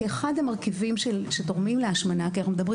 אחד המרכיבים שתורמים להשמנה ואנחנו מדברים